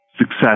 success